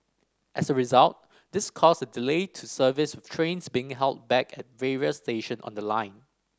as a result this caused a delay to service with trains being held back at various station on the line